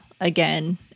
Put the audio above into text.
again